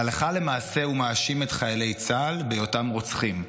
הלכה למעשה הוא מאשים את חיילי צה"ל בהיותם רוצחים.